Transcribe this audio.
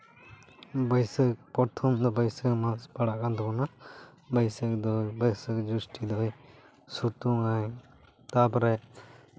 ᱵᱟᱹᱭᱥᱟᱹᱠᱷ ᱯᱨᱚᱛᱷᱚᱢ ᱫᱚ ᱵᱟᱹᱭᱥᱟᱹᱠᱷ ᱢᱟᱥ ᱯᱟᱲᱟᱜ ᱠᱟᱱ ᱛᱟᱵᱚᱱᱟ ᱵᱟᱹᱭᱥᱟᱹᱠᱷ ᱫᱚ ᱵᱟᱹᱭᱥᱟᱹᱠᱷ ᱡᱳᱥᱴᱤ ᱫᱚ ᱥᱤᱛᱩᱝ ᱟᱭ ᱛᱟᱨᱯᱚᱨᱮ